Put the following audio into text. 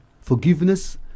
forgiveness